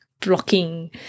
Blocking